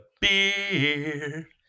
beer